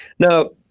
now,